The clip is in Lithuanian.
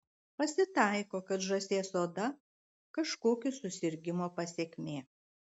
pasitaiko kad žąsies oda kažkokio susirgimo pasekmė